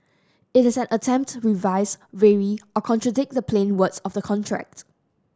it is an attempt to revise vary or contradict the plain words of the contract